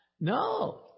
No